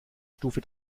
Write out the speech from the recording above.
stufe